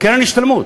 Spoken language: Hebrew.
קרן השתלמות.